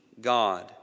God